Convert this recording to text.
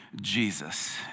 Jesus